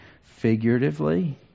figuratively